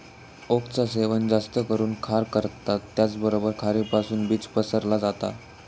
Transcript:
ओकचा सेवन जास्त करून खार करता त्याचबरोबर खारीपासुन बीज पसरला जाता